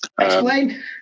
explain